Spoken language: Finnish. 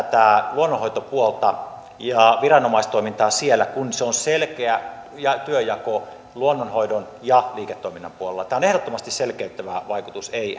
luonnonhoitopuolta ja viranomaistoimintaa siellä kun on selkeä työnjako luonnonhoidon ja liiketoiminnan puolella tämä on ehdottomasti selkeyttävä vaikutus ei